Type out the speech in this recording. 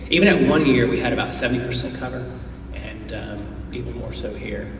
even at one year we had about seventy percent cover and even more so here.